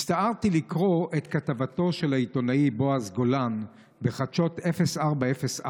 הצטערתי לקרוא את כתבתו של העיתונאי בועז גולן בחדשות 0404,